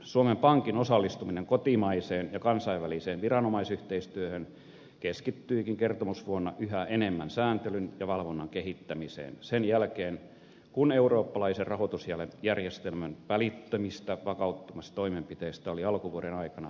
suomen pankin osallistuminen kotimaiseen ja kansainväliseen viranomaisyhteistyöhön keskittyikin kertomusvuonna yhä enemmän sääntelyn ja valvonnan kehittämiseen sen jälkeen kun eurooppalaisen rahoitusjärjestelmän välittömistä vakauttamistoimenpiteistä oli alkuvuoden aikana sovittu